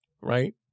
right